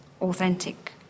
authentic